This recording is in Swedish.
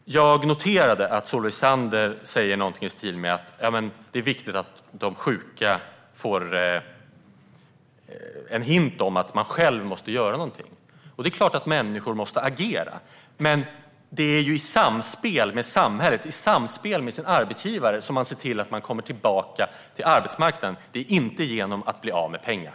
Jag noterade att Solveig Zander sa någonting i stil med att det är viktigt att de sjuka får en hint om att man själv måste göra någonting. Det är klart att människor måste agera, men det är ju i samspel med samhället och med arbetsgivaren som man ser till att man kommer tillbaka till arbetsmarknaden. Det är inte genom att bli av med pengar.